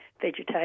vegetation